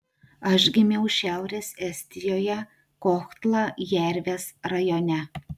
aš gimiau šiaurės estijoje kohtla jervės rajone